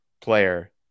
player